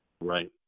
right